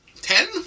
ten